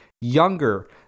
younger